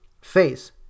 face